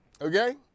Okay